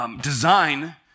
design